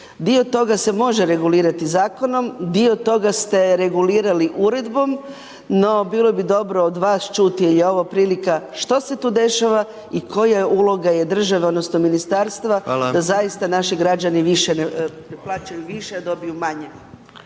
Dio toga se može regulirati zakonom, dio toga ste regulirali uredbom. No bilo bi dobro od vas čuti jer je ovo prilika što se tu dešava i koja uloga je države, odnosno ministarstva da zaista naši građani više ne, plaćaju više a dobiju manje.